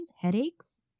headaches